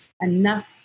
enough